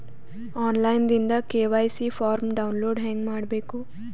On line ದಿಂದ KYC form download ಹೇಂಗ ಮಾಡಬೇಕು?